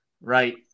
Right